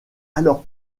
alors